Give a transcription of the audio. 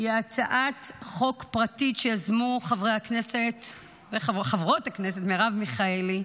היא הצעת חוק פרטית שיזמו חברי וחברות הכנסת: מרב מיכאלי,